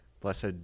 Blessed